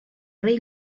rei